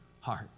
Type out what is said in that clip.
heart